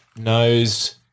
knows